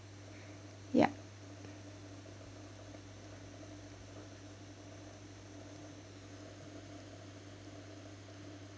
yup